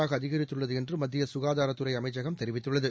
ஆக அதிகரித்துள்ளதுஎன்றுமத்தியசுகாதாரத்துறைஅமைச்சகம் தெரிவித்துள்ளது